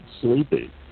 sleepy